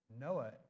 Noah